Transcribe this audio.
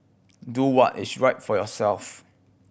do what is right for yourself